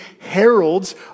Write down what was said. heralds